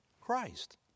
Christ